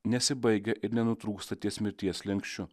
nesibaigia ir nenutrūksta ties mirties slenksčiu